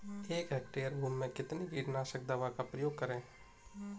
एक हेक्टेयर भूमि में कितनी कीटनाशक दवा का प्रयोग करें?